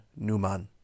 Numan